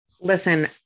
Listen